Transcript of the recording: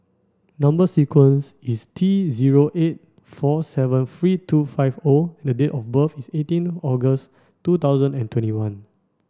number sequence is T zero eight four seven three two five O and date of birth is eighteen August two thousand and twenty one